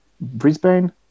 Brisbane